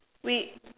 we